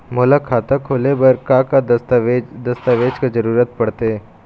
मोला खाता खोले बर का का दस्तावेज दस्तावेज के जरूरत पढ़ते?